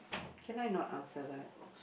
can I not answer that